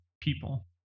people